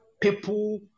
People